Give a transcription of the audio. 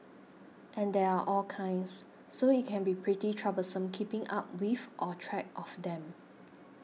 and there are all kinds so it can be pretty troublesome keeping up with or track of them